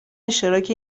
اشتراک